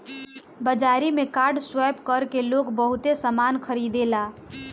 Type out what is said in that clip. बाजारी में card swipe कर के लोग बहुते सामना खरीदेला